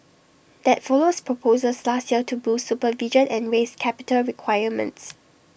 that follows proposals last year to boost supervision and raise capital requirements